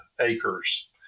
acres